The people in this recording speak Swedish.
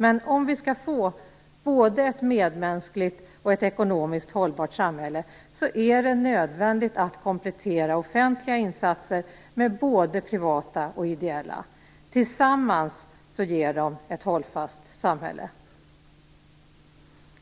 Men om vi skall få ett både medmänskligt och ekonomiskt hållbart samhälle är det nödvändigt att komplettera offentliga insatser med både privata och idella sådana. Tillsammans ger de ett hållfast samhälle.